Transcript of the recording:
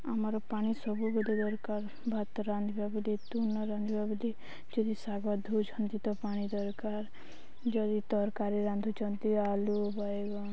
ଆମର ପାଣି ସବୁବେଳେ ଦରକାର ଭାତ ରାନ୍ଧିବା ବୋଲି ତୁନ ରାନ୍ଧିବା ବୋଲି ଯଦି ଶାଗ ଧୋଉଛନ୍ତି ତ ପାଣି ଦରକାର ଯଦି ତରକାରୀ ରାନ୍ଧୁଛନ୍ତି ଆଲୁ ବାଇଗଣ